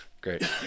great